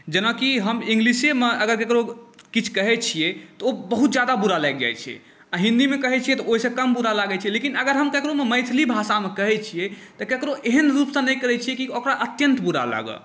जेनाकि हम इंग्लिशेमे अगर ककरहु किछु कहैत छियै तऽ ओ बहुत ज्यादा बुरा लागि जाइत छै आ हिन्दीमे कहैत छियै तऽ ओहिसँ कम बुरा लगैत छै लेकिन अगर हम ककरहु मैथिली भाषामे कहैत छियै तऽ ककरहु एहन रूपसँ नहि कहैत छियै कि ओकरा अत्यन्त बुरा लागए